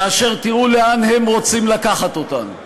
כאשר תראו לאן הם רוצים לקחת אותנו,